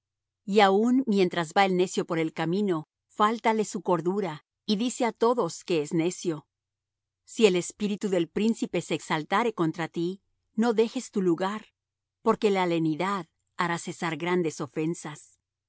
y aun mientras va el necio por el camino fálta le su cordura y dice á todos que es necio si el espíritu del príncipe se exaltare contra ti no dejes tu lugar porque la lenidad hará cesar grandes ofensas